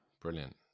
brilliant